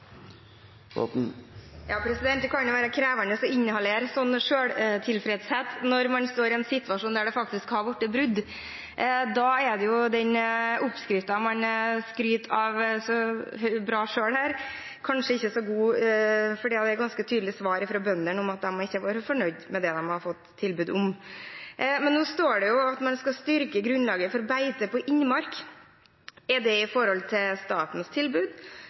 Det kan være krevende å inhalere slik selvtilfredshet når man står i en situasjon der det faktisk har blitt brudd. Da er den oppskriften man skryter av, om hvor bra en selv er, kanskje ikke så god. For det har vært ganske tydelig i svaret fra bøndene at de ikke er fornøyd med det de har fått tilbud om. Men nå står det at man skal styrke grunnlaget for beite på innmark. Gjelder det for statens tilbud, eller tar man hensyn til